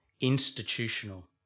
institutional